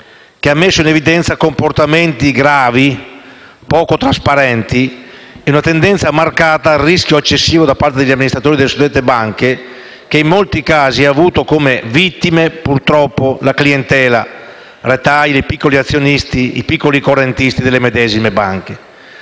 che ha messo in evidenza comportamenti gravi e poco trasparenti e una tendenza marcata al rischio eccessivo da parte degli amministratori delle suddette banche che in molti casi ha avuto come vittime, purtroppo, la clientela *retail*, i piccoli correntisti e gli azionisti delle medesime banche.